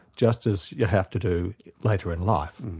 just as you have to do later in life.